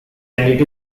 and